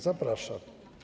Zapraszam.